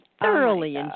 thoroughly